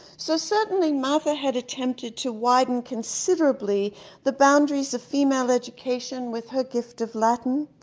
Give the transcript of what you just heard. so, certainly martha had attempted to widen considerably the boundaries of female education with her gift of latin,